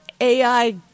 AI